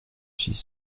suis